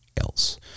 else